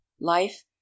life